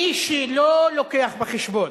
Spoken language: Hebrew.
מי שלא מביא בחשבון,